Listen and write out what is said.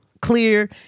clear